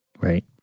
Right